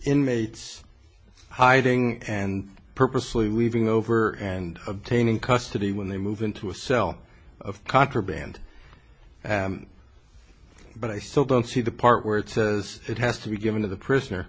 inmates hiding and purposely weaving over and obtaining custody when they move into a cell of contraband but i still don't see the part where it says it has to be given to the prisoner